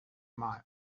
miles